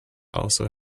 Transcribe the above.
also